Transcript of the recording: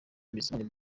bizimana